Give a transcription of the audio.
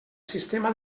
sistema